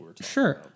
sure